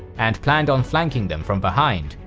and planned on flanking them from behind,